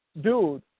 dude